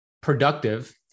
productive